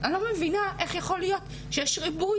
אני לא מבינה איך יכול להיות שיש ריבוי